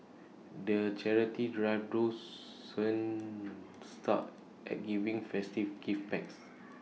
the charity drive stop at giving festive gift packs